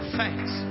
thanks